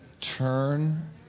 turn